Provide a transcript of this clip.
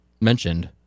mentioned